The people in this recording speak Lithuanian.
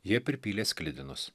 jie pripylė sklidinus